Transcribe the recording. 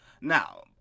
Now